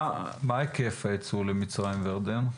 מה היקף הייצוא למצרים ולירדן?